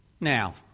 Now